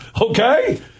Okay